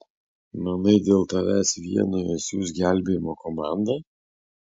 manai dėl tavęs vieno jie siųs gelbėjimo komandą